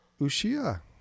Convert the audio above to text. ushia